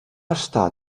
estar